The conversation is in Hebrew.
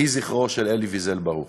יהי זכרו של אלי ויזל ברוך.